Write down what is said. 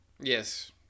Yes